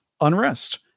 unrest